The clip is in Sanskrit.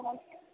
नमस्ते